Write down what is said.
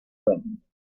wenden